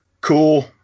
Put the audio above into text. Cool